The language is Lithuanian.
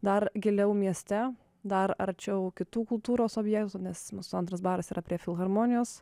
dar giliau mieste dar arčiau kitų kultūros objektų nes mūsų antras baras yra prie filharmonijos